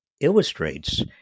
illustrates